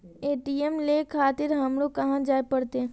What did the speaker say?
ATM ले खातिर हमरो कहाँ जाए परतें?